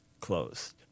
closed